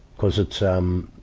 cuz it's, um,